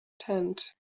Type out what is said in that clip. tent